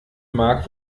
mark